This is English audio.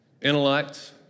intellect